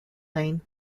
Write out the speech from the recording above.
lane